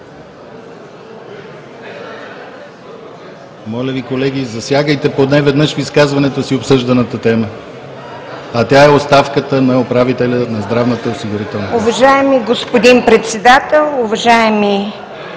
Моля Ви, колеги, засягайте поне веднъж в изказването си обсъжданата тема, а тя е оставката на управителя на Здравноосигурителната